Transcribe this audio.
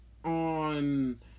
on